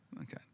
Okay